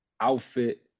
outfit